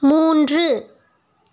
மூன்று